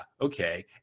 okay